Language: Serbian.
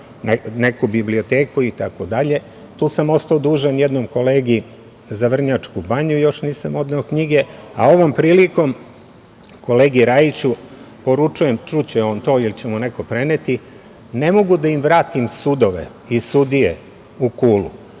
neku biblioteku itd. Tu sam ostao dužan, jednom kolegi za Vrnjačku banju još nisam odneo knjige, a ovom prilikom kolegi Rajiću poručujem, čuće on to ili će mu neko preneti – ne mogu da im vratim sudove i sudije u Kulu,